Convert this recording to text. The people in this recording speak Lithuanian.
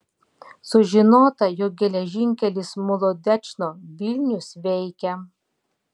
sužinota jog geležinkelis molodečno vilnius veikia